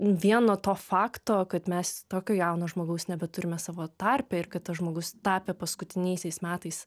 vien nuo to fakto kad mes tokio jauno žmogaus nebeturime savo tarpe ir kad tas žmogus tapė paskutiniaisiais metais